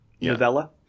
novella